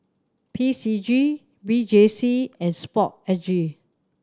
P C G V J C and Sport S G